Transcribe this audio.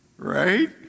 Right